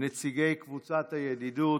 נציגי קבוצת הידידות